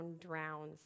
drowns